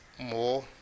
more